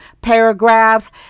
paragraphs